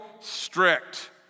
strict